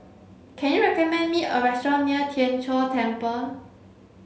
can you recommend me a restaurant near Tien Chor Temple